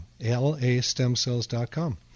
Lastemcells.com